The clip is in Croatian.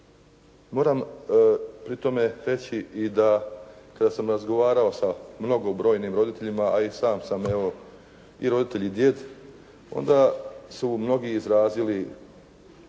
Moram pri tome reći i da kada sam razgovarao sa mnogobrojnim roditeljima, a i sam sam i roditelj i djed, onda su mnogi izrazili